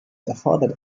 erfordert